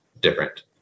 different